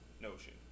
notion